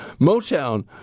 motown